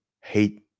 hate